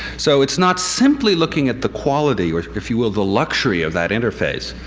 so it's not simply looking at the quality or, if you will, the luxury of that interface,